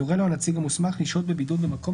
יורה לו הנציג המוסמך לשהות בבידוד במקום